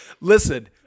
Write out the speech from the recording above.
Listen